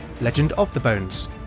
legendofthebones